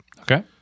Okay